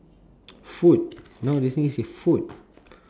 food now this thing is a food